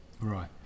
right